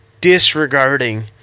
disregarding